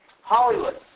Hollywood